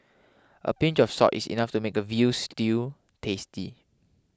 a pinch of salt is enough to make a Veal Stew tasty